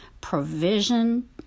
provision